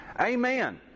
amen